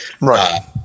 Right